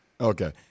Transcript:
Okay